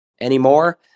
anymore